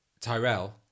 Tyrell